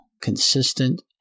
consistent